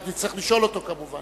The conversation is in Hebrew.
רק נצטרך לשאול אותו, כמובן.